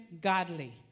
godly